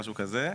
משהו כזה.